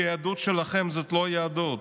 כי היהדות שלכם זאת לא יהדות.